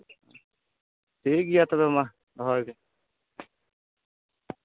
ᱴᱷᱤᱠ ᱜᱮᱭᱟ ᱛᱚᱵᱮ ᱢᱟ ᱫᱚᱦᱚᱭ ᱮᱫᱟᱹᱧ